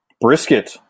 Brisket